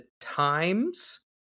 times